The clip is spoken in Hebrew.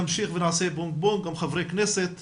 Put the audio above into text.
נמשיך עם חברי כנסת,